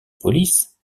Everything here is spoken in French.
police